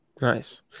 Nice